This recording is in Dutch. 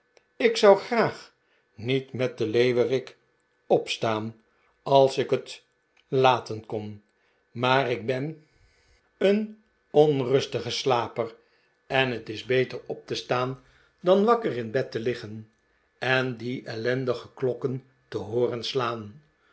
ik zou graag niet met den leeuwerik opstaan als ik het laten kon maar ik ben een onrustige slaper en het is beter op te staan dan wakker in bed te liggen en die ellendige klokken te hooren slaan